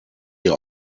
ihr